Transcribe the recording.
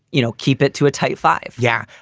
you know, keep it to a tight five yeah,